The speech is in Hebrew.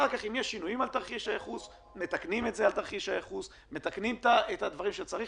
אחר כך אם יש שינויים על תרחיש הייחוס מתקנים את הדברים שצריך,